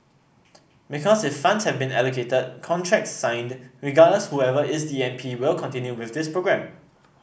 because if funds have been allocated contracts signed regardless whoever is the M P will continue with this programme